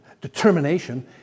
determination